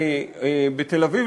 בתל-אביב,